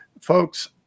Folks